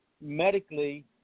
medically